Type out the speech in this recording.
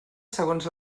segons